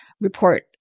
report